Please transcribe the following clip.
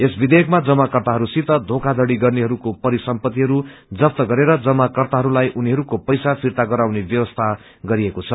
यस विषेयकमा जमाकर्ताहय सित धोखावड़ी गर्नेहरूको परिसम्पत्तिहरू जफत गरेर जमाकर्ताहरूलाई उनीहरूको पैसा फिर्ता गराउने व्यवस्था गरिएको छ